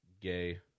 gay